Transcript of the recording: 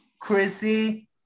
Chrissy